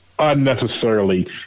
Unnecessarily